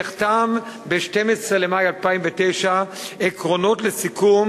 נחתם ב-12 במאי 2009 הסכם עקרונות לסיכום